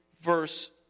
verse